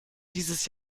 dieses